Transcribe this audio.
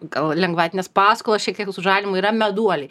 gal lengvatines paskolas šiek tiek su žalimu yra meduoliai